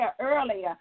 earlier